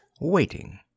waiting